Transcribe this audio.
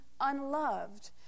unloved